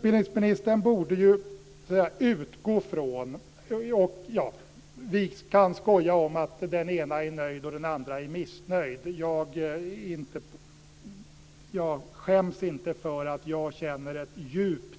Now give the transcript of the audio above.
Vi kan skoja om att den ena är nöjd och den andra är missnöjd. Jag skäms inte för att jag känner ett djupt